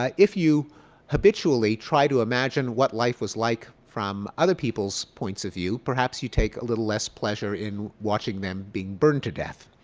um if you habitually try to imagine what life was like from other people's points of view perhaps you take a little less pleasure in watching them be burned to death.